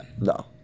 No